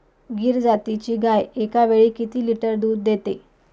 गीर जातीची गाय एकावेळी किती लिटर दूध देते?